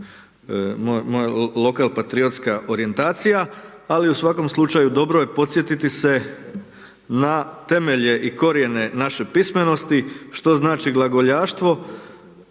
samo lokal patriotska orijentacija ali u svakom slučaju, dobro je podsjetiti se na temelje i korijene naše pismenosti, što znači glagoljaštvo,